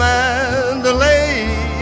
Mandalay